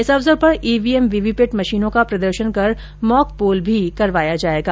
इस अवसर पर ईवीएम वीवीपैट मशीनों का प्रदर्शन कर मॉक पोल भी करवाया जाएगा